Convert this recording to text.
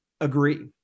agree